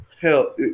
Hell